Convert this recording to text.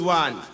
one